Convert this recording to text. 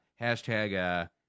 hashtag